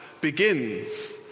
begins